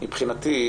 מבחינתי,